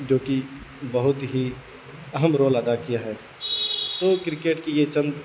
جو کہ بہت ہی اہم رول ادا کیا ہے تو کرکٹ کی یہ چند